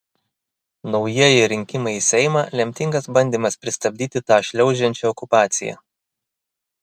naujieji rinkimai į seimą lemtingas bandymas pristabdyti tą šliaužiančią okupaciją